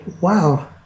wow